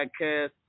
podcast